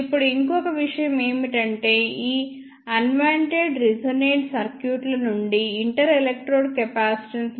ఇప్పుడు ఇంకొక విషయం ఏమిటంటేఈ అన్వాంటెడ్ రెసొనెంట్ సర్క్యూట్ల నుండి ఇంటర్ ఎలక్ట్రోడ్ కెపాసిటెన్స్